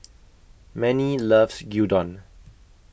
Mannie loves Gyudon